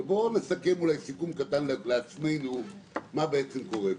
בואו נסכם סיכום קטן לעצמנו מה בעצם קורה פה.